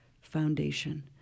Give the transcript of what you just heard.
foundation